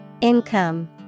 Income